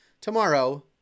tomorrow